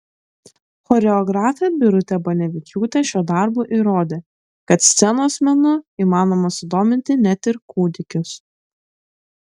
choreografė birutė banevičiūtė šiuo darbu įrodė kad scenos menu įmanoma sudominti net ir kūdikius